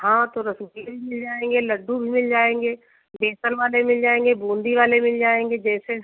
हाँ तो रसगुल्ले भी मिल जाएँगे लड्डू भी मिल जाएँगे बेसन वाले मिल जाएँगे बूंदी वाले मिल जाएँगे जैसे